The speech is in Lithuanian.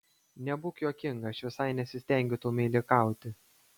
nebūk juokinga aš visai nesistengiu tau meilikauti